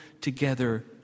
together